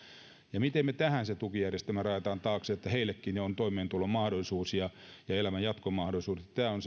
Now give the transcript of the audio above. miten me tähän sen tukijärjestelmän rajaamme taakse että heillekin on toimeentulon mahdollisuus ja ja elämän jatkomahdollisuudet tämä